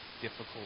difficult